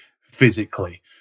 physically